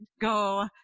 go